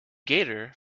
gator